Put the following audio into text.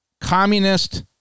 communist